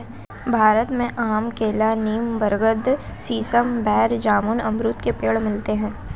भारत में आम केला नीम बरगद सीसम बेर जामुन अमरुद के पेड़ मिलते है